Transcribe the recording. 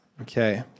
Okay